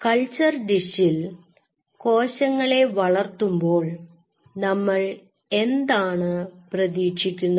culture ഡിഷിൽ കോശങ്ങളെ വളർത്തുമ്പോൾ നമ്മൾ എന്താണ് പ്രതീക്ഷിക്കുന്നത്